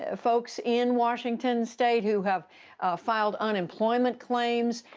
ah folks in washington state who have filed unemployment claims.